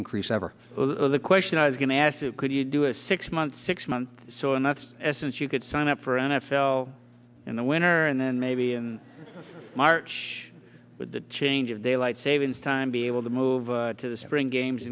increase ever the question i was going to ask could you do a six month six month or so and that's essence you could sign up for n f l in the winter and then maybe in march with the change of daylight savings time be able to move to the spring games